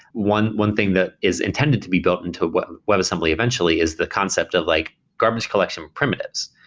one one thing that is intended to be built into what webassembly eventually is the concept of like garbage collection primitives.